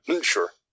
Sure